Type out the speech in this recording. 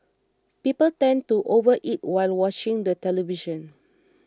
people tend to overeat while watching the television